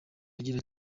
agira